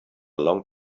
long